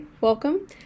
welcome